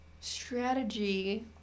strategy